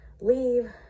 leave